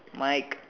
Mike